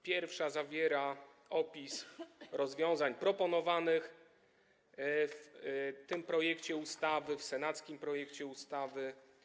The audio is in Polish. Pierwsza zawiera opis rozwiązań proponowanych w tym projekcie ustawy, w senackim projekcie ustawy.